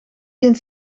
geen